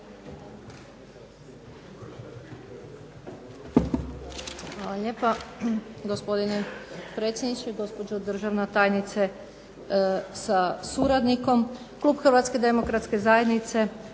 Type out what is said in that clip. Hvala lijepa, gospodine predsjedniče. Gospođo državna tajnice sa suradnikom. Klub Hrvatske demokratske zajednice